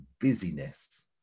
busyness